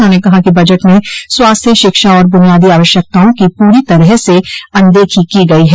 उन्होंने कहा कि बजट में स्वास्थ्य शिक्षा और बुनियादी आवश्यकताओं की पूरी तरह से अनदेखी की गई है